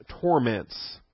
torments